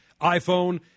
iPhone